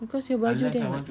because your baju there [what]